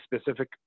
specific